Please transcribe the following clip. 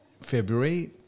February